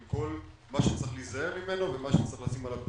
עם כל מה שצריך להיזהר ממנו ומה שצריך לשים עליו דגש,